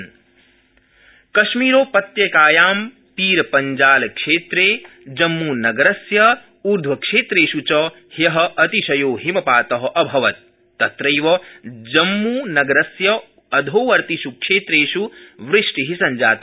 जम्मुकश्मीर त्रहत कश्मीरोपत्यकायां पीरपंजालक्षेत्रे जम्मुनगरस्य उध्वक्षेत्रेष् च हय अतिशयो हिमपात अभवत् तत्रैव जम्मूनगरस्य अधोवर्तिष् क्षेत्रेष् वृष्टि संजाता